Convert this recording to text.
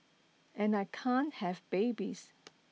and I can't have babies